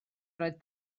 roedd